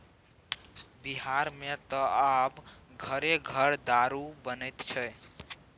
बिहारमे त आब घरे घर दारू बनैत छै